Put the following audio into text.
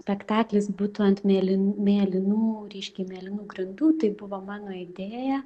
spektaklis būtų ant mėlyn mėlynų ryškiai mėlynų grindų tai buvo mano idėja